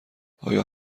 آیا